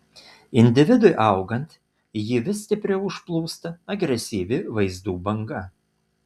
individui augant jį vis stipriau užplūsta agresyvi vaizdų banga